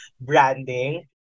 branding